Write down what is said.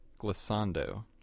glissando